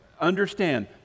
understand